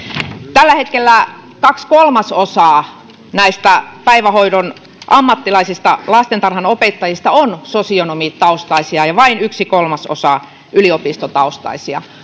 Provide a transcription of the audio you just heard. tällä hetkellä kaksi kolmasosaa näistä päivähoidon ammattilaisista lastentarhanopettajista on sosionomitaustaisia ja vain yksi kolmasosa yliopistotaustaisia